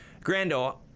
Grando